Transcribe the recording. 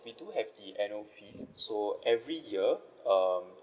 we do have the annual fees so every year um